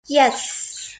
yes